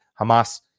Hamas